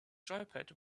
joypad